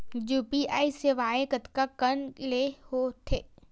UPI सेवाएं कतका कान ले हो थे?